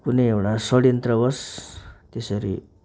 कुनै एउटा षड्यन्त्रवश त्यसरी